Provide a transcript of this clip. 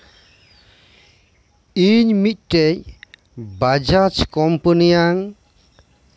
ᱤᱧ ᱢᱤᱫᱴᱮᱱ ᱵᱟᱡᱟᱡ ᱠᱳᱢᱯᱟᱱᱤᱭᱟᱝ